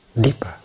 deeper